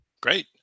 Great